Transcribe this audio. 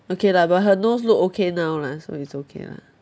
okay lah but her nose look okay now lah so it's okay lah